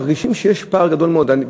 מרגישים שיש פער גדול מאוד.